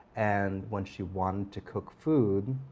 and when she wanted to cook food,